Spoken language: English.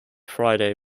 friday